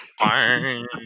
Fine